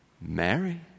Mary